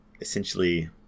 essentially